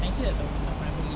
nike tak tahu tak pernah beli